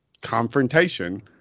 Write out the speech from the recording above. confrontation